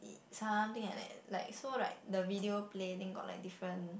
something like that like so like the video play then got like different